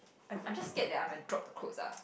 I'm I'm just scare that I might drop the clothes ah